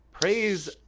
Praise